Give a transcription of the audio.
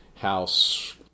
House